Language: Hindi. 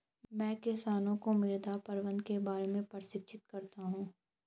मैं किसानों को मृदा प्रबंधन के बारे में प्रशिक्षित करता हूँ